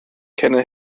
kenne